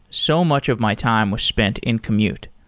so much of my time was spent in commute.